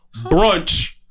brunch